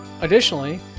Additionally